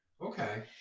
Okay